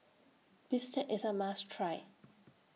Bistake IS A must Try